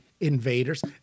Invaders